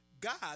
God